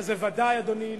זה ודאי, אדוני,